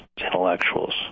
intellectuals